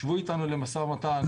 שבו איתנו למשא ומתן,